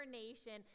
nation